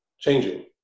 changing